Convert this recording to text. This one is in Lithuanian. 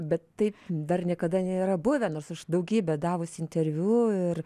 bet taip dar niekada nėra buvę nors aš daugybę davusi interviu ir